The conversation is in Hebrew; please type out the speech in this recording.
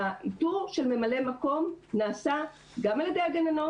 האיתור של ממלא מקום נעשה גם על ידי הגננות,